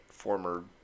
former